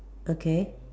okay